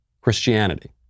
Christianity